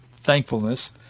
thankfulness